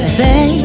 say